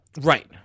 Right